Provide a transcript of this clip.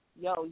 yo